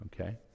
Okay